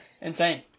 Insane